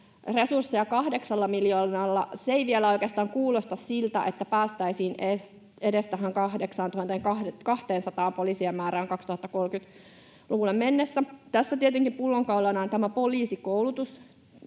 resursseja kahdeksalla miljoonalla. Se ei vielä oikeastaan kuulosta siltä, että päästäisiin edes tähän 8 200 poliisin määrään 2030-luvulle mennessä. Tässä tietenkin pullonkaulana on tämä poliisikoulutus.